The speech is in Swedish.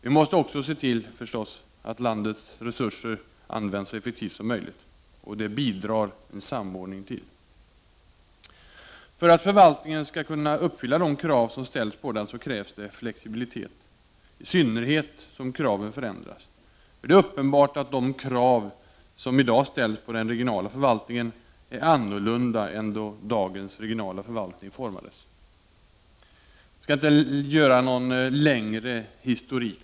Vi måste förstås också se till att landets resurser används så effektivt som möjligt. Detta bidrar en samordning till. För att förvaltningen skall kunna uppfylla de krav som ställs på den krävs flexibilitet, i synnerhet som kraven förändras. Det är uppenbart att de krav som i dag ställs på den regionala förvaltningen är annorlunda än då dagens regionala förvaltning formades. Jag skall inte göra någon längre historik.